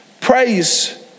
praise